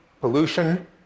pollution